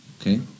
Okay